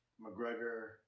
McGregor